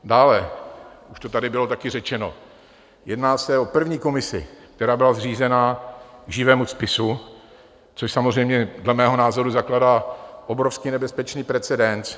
Dále, už to tady bylo také řečeno, jedná se o první komisi, která byla zřízena k živému spisu, což samozřejmě dle mého názoru zakládá obrovsky nebezpečný precedens.